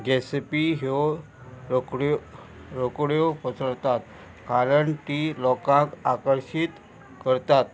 जेसिपी ह्यो रोकड्यो रोकड्यो पसरतात कारण ती लोकांक आकर्शीत करतात